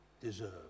deserve